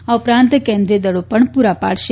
આ ઉપરાંત કેન્દ્રિય દળો પણ પ્રાં પાડશે